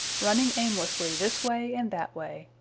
running aimlessly this way and that way,